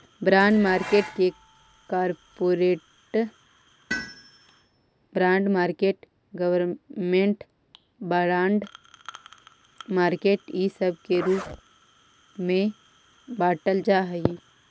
bond market के corporate bond market government bond market इ सब के रूप में बाटल जा हई